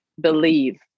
believe